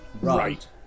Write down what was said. Right